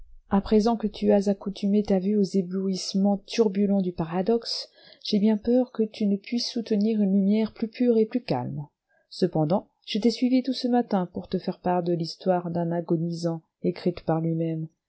à présent que tu as accoutumé ta vue aux éblouissements turbulents du paradoxe j'ai bien peur que tu ne puisses soutenir une lumière plus pure et plus calme cependant je t'ai suivi tout ce matin pour te faire part de l'histoire d'un agonisant écrite par lui-même